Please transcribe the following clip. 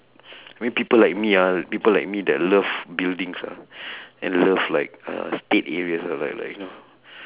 I mean people like me ah people like me that love buildings ah and love like uh state areas uh like like you know